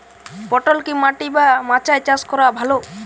পটল কি মাটি বা মাচায় চাষ করা ভালো?